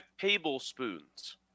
tablespoons